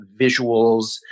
visuals